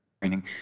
training